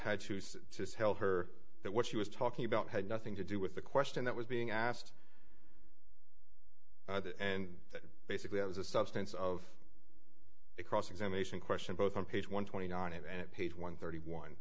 just tell her that what she was talking about had nothing to do with the question that was being asked and that basically it was a substance of cross examination question both on page one twenty nine and page one thirty one